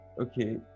Okay